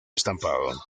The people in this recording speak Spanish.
estampado